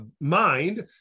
mind